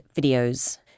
videos